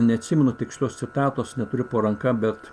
neatsimenu tikslios citatos neturiu po ranka bet